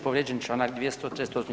Povrijeđen je Članak 238.